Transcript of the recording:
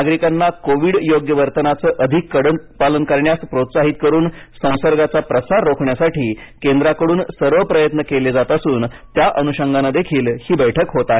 नागरिकांना कोविड योग्य वर्तनाचे अधिक कडक पालन करण्यास प्रोत्साहित करून संसर्गाचा प्रसार रोखण्यासाठी केंद्राकडून सर्व प्रयत्न केले जात असून त्या अनुषंगानेदेखील ही बैठक होत आहे